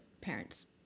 parents